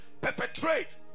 perpetrate